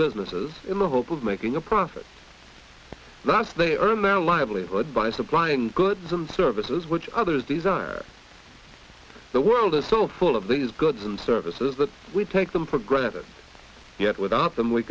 businesses in the hope of making a profit that's they are in their livelihood by supplying goods and services which others these are the world is so full of these goods and services that we take them for granted yet without them we